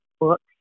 books